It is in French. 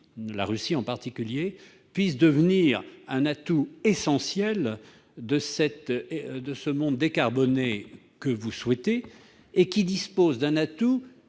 la Russie en particulier, puisse devenir un atout essentiel de ce monde décarboné que vous souhaitez et qui dispose d'un